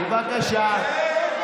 ההצעה